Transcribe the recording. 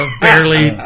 barely